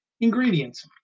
Ingredients